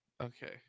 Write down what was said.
Okay